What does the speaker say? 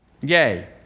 Yay